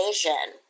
Asian